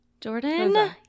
Jordan